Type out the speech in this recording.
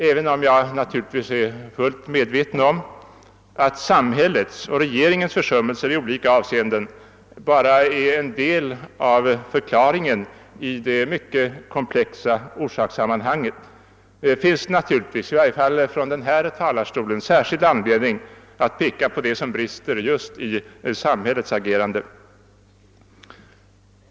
Även om jag är medveten om att samhällets försummelser i olika avseenden bara är en del av förklaringen i det mycket komplexa orsakssammanhanget, finns det naturligtvis — speciellt från denna talarstol — anledning att peka på det som brister just i samhällets agerande.